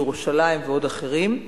בירושלים ועוד אחרים,